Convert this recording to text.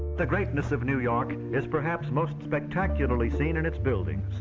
the greatness of new york is perhaps most spectacularly seen in its buildings.